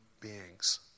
beings